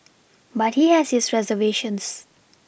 but he has his reservations